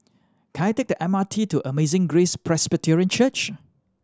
can I take the M R T to Amazing Grace Presbyterian Church